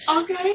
Okay